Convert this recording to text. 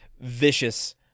vicious